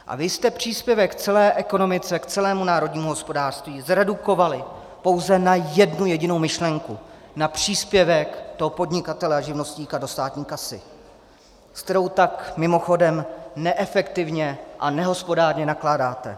A vy jste příspěvek k celé ekonomice, k celému národnímu hospodářství zredukovali pouze na jednu jedinou myšlenku na příspěvek toho podnikatele a živnostníka do státní kasy, s kterou tak, mimochodem, neefektivně a nehospodárně nakládáte.